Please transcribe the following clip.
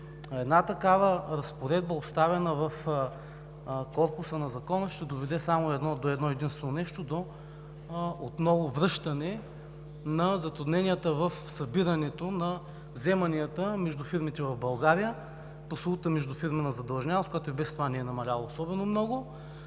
Една такава разпоредба, оставена в корпуса на Закона, ще доведе единствено до връщане отново на затрудненията в събирането на вземанията между фирмите в България, прословутата междуфирмена задлъжнялост, която и без това не е намаляла особено много.